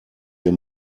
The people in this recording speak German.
wir